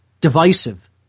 divisive